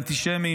אנטישמים,